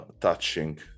touching